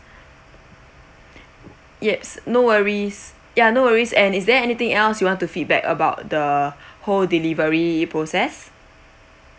yes no worries ya no worries and is there anything else you want to feedback about the whole delivery process